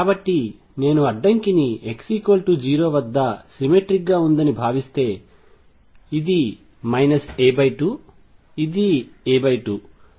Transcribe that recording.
కాబట్టి నేను అడ్డంకిని x0 వద్ద సిమెట్రిక్ గా ఉందని భావిస్తే ఇది a2 ఇది a2